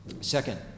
Second